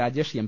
Rajesh M